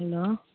hello